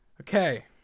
Okay